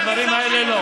בדברים האלה לא.